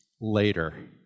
later